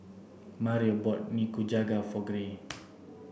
Mario bought Nikujaga for Gray